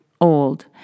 old